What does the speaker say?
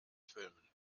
filmen